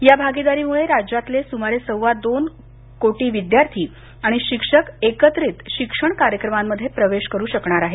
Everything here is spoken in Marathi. या भागीदारीमुळे राज्यातले सुमारे सव्वा दोन विद्यार्थी आणि शिक्षक एकत्रित शिक्षण कार्यक्रमांमध्ये प्रवेश करू शकणार आहेत